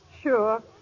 Sure